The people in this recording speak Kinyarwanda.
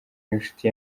w’inshuti